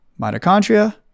mitochondria